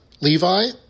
Levi